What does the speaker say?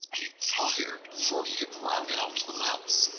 he tired before he could rout out the mouse,